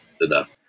enough